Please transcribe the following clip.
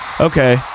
Okay